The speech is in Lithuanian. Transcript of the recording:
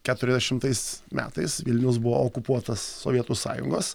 keturiasdešimtais metais vilnius buvo okupuotas sovietų sąjungos